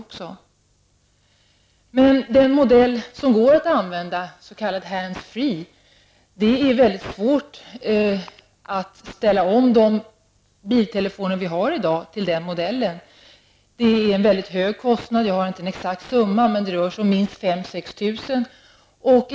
Det är emellertid mycket svårt att ställa om de mobiltelefoner vi har i dag till den modell som går att använda när man kör bil, den s.k. hands freemodellen. Det är fråga om en mycket hög kostnad -- jag har inga uppgifter om någon exakt summa, men det rör sig om minst 5 000--6 000 kr.